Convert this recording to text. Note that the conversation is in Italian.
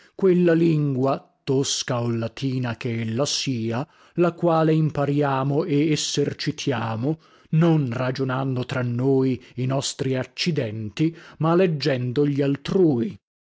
quella lingua tosca o latina che ella si sia la quale impariamo e essercitiamo non ragionando tra noi i nostri accidenti ma leggendo gli altrui